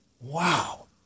wow